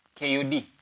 KUD